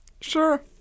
Sure